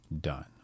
Done